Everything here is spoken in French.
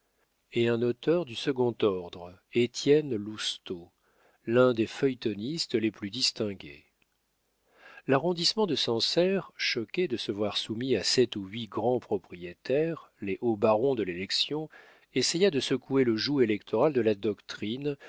et un auteur du second ordre étienne lousteau l'un des feuilletonistes les plus distingués l'arrondissement de sancerre choqué de se voir soumis à sept ou huit grands propriétaires les hauts barons de l'élection essaya de secouer le joug électoral de la doctrine